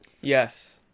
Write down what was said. Yes